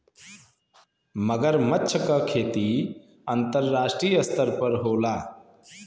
मगरमच्छ क खेती अंतरराष्ट्रीय स्तर पर होला